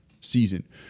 season